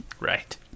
Right